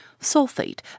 sulfate